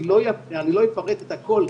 אני לא אפרט את הכול,